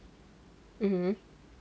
mm mm